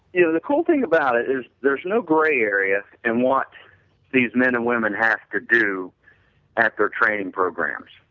you know the cool thing about it is there is no grey area in and what these men and women has to do at their training programs.